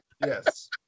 Yes